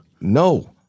No